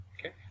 Okay